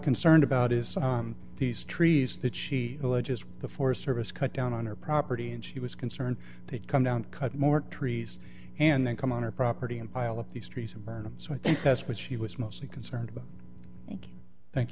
concerned about is these trees that she alleges the forest service cut down on her property and she was concerned they'd come down cut more trees and then come on her property and pile up these trees and burn him so i think that's what she was mostly concerned about thank